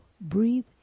breathe